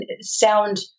sound